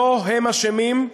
לא הם אשמים,